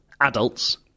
Adults